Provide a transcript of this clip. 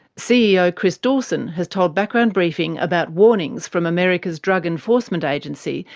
ceo chris dawson has told background briefing about warnings from america's drug enforcement agency,